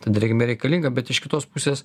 ta drėgmė reikalinga bet iš kitos pusės